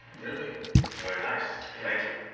really? very nice. thank you.